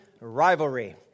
rivalry